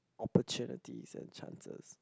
opportunities and chances